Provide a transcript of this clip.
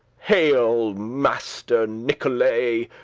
hail, master nicholay,